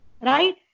Right